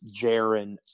Jaron